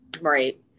Right